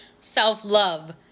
self-love